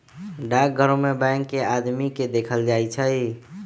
डाकघरो में बैंक के आदमी के देखल जाई छई